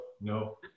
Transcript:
no